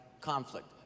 conflict